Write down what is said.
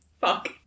fuck